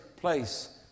place